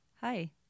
Hi